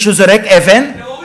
על מי שזורק אבן, טרוריסט.